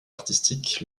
artistiques